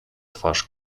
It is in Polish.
twarz